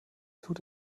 tut